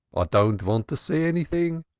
don't want to see anything.